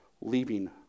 leaving